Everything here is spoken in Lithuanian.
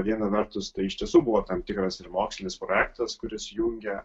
viena vertus tai iš tiesų buvo tam tikras ir mokslinis projektas kuris jungia